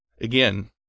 again